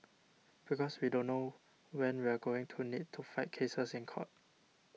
because we don't know when we are going to need to fight cases in court